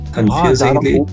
Confusingly